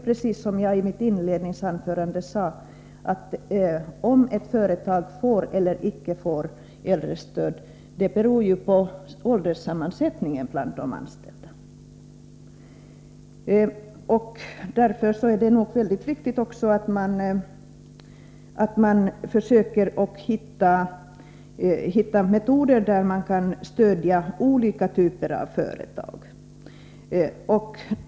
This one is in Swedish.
Precis som jag sade i mitt inledningsanförande beror det på ålderssammansättningen bland de anställda om ett företag får eller icke får äldrestöd. Därför är det viktigt att man försöker hitta metoder för att stödja olika typer av företag.